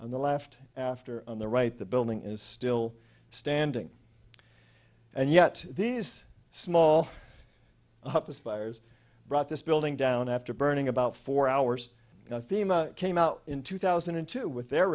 on the left after on the right the building is still standing and yet these small upis fires brought this building down after burning about four hours fema came out in two thousand and two with their